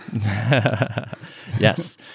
Yes